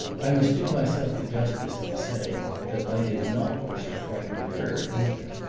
i must do myself the justice to say that i did not wish to frighten her either,